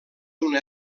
una